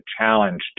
challenge